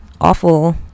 awful